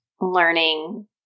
learning